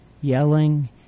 yelling